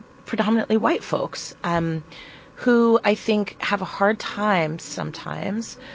predominantly white folks, um who, i think, have a hard time, sometimes,